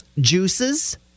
juices